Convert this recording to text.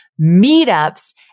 meetups